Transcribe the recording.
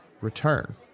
return